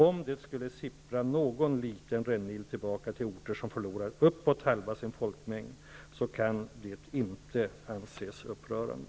Om det skulle sippra någon liten rännil tillbaka till orter som förlorat uppåt halva sin folkmängd kan det inte anses upprörande.